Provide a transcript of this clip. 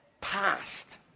past